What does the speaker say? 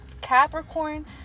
Capricorn